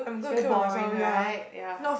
is very boring right ya